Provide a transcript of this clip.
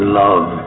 love